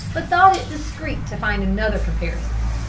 but thought it discreet to find another comparison.